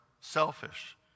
selfish